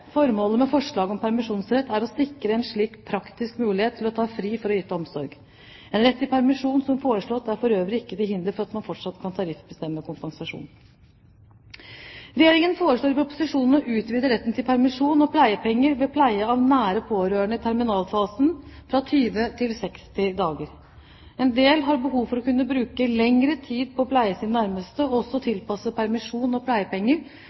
Formålet med forslaget om permisjonsrett er å sikre en slik praktisk mulighet til å ta fri for å yte omsorg. En rett til permisjon som foreslått er for øvrig ikke til hinder for at man fortsatt kan tariffbestemme kompensasjon. Regjeringen foreslår i proposisjonen å utvide retten til permisjon og pleiepenger ved pleie av nære pårørende i terminalfasen fra 20 til 60 dager. En del har behov for å kunne bruke lengre tid på å pleie sine nærmeste og også tilpasse permisjon og pleiepenger